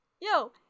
Yo